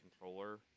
controller